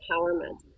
empowerment